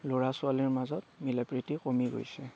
ল'ৰা ছোৱালীৰ মাজত মিলা প্ৰীতি কমি গৈছে